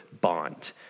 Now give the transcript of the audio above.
bond